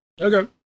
Okay